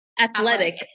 Athletic